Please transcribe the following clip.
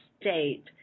state